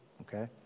Okay